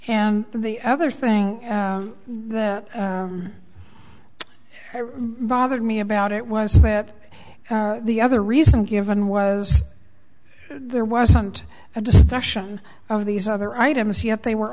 and the other thing that bothered me about it was that the other reason given was there wasn't a discussion of these other items yet they were